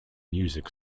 music